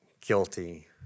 guilty